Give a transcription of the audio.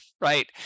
right